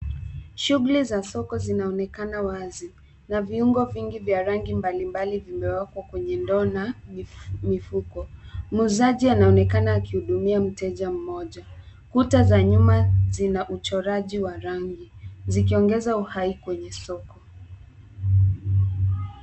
Shughuli za soko zinaonekana wazi na viungo vingi vya rangi mbalimbali vimewekwa kwenye ndoo na mifuko. Muuzaji anaonekana wakihudumia mteja mmoja .Kuta za nyuma zina uchoraji wa rangi zikiongeza uhai kwenye stoo.